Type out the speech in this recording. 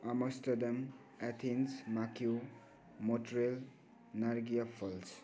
Amsterdam Athens Macau Montreal Niagara Falls